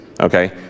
okay